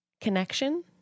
Connection